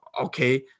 okay